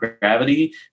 gravity